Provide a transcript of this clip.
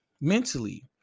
Mentally